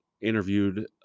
interviewed